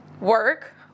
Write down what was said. work